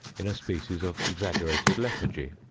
in a species of exaggerated lethargy.